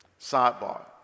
Sidebar